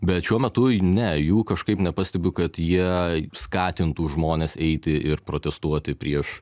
bet šiuo metu ne jų kažkaip nepastebiu kad jie skatintų žmones eiti ir protestuoti prieš